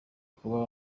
kuba